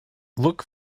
look